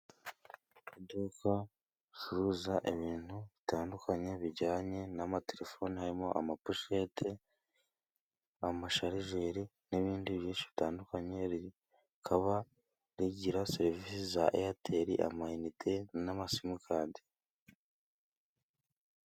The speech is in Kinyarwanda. Iduka ricuruza ibintu bitandukanye bijyanye n'amatelefoni harimo amapushete, amasharijeri n'ibindi bigiye bitandukanye. Rikaba rigira serivisi za eyateri ama initen'amasimukadi.